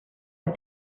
but